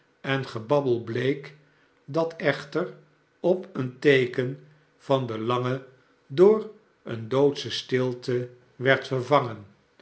en gebabbel bleek dat echter op een teeken van den langen door een doodsche stilte werd vervangen